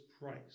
price